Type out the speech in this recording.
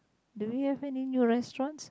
do we have any new restaurants